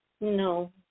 No